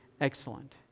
excellent